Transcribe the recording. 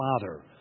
Father